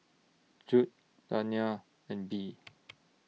Judd Dayna and Bee